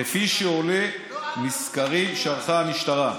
כפי שעולה מסקרים שערכה המשטרה.